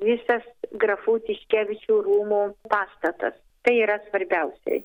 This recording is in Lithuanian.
visas grafų tiškevičių rūmų pastatas tai yra svarbiausiai